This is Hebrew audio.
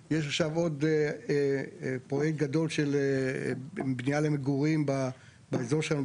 ויש עכשיו פרויקט גדול של בניה למגורים באזור שלנו,